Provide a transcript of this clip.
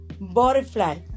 butterfly